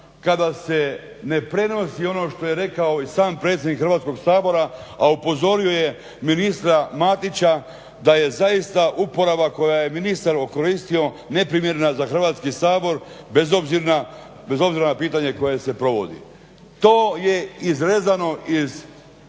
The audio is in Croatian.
kada se ne prenosi ono što je rekao i sam predsjednik Hrvatskog sabora, a upozorio je ministra Matića da je zaista uporaba koju je ministar koristio neprimjerena za Hrvatski sabor, bez obzira na pitanje koje se provodi. To je izrezano na